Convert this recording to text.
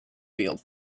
field